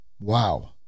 Wow